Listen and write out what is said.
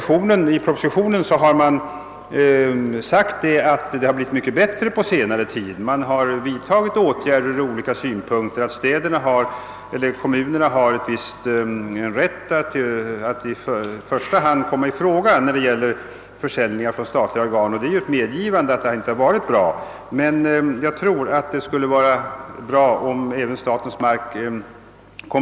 I propositionen har sagts att det blivit mycket bättre på senare tid; åtgärder har vidtagits så att kommunerna har rätt att i första hand komma i fråga vid försäljning från statliga organ. Detta är ett medgivande av att det inte varit bra tidigare. Jag anser att behov fortfarande föreligger att göra förköpsrätten tillämplig även för statens mark.